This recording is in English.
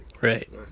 Right